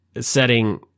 setting